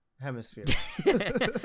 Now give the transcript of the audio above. Hemisphere